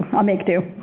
i'll make do.